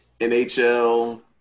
NHL